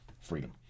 freedom